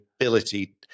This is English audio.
ability